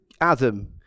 Adam